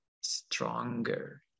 stronger